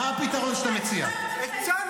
מה הפתרון שאתה מציע?